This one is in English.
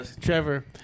Trevor